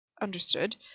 Understood